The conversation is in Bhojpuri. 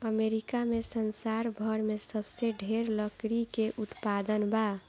अमेरिका में संसार भर में सबसे ढेर लकड़ी के उत्पादन बा